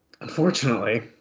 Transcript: Unfortunately